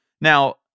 Now